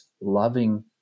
loving